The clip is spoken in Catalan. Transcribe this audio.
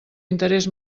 interés